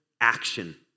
action